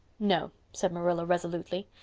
no, said marilla resolutely,